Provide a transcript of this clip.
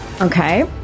okay